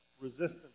resistance